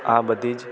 આ બધી જ